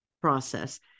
process